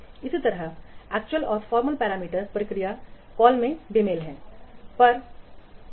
इसी तरह वास्तविक और औपचारिक पैरामीटर प्रक्रियात्मक कॉल में बेमेल है